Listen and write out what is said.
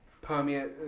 permeate